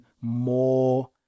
more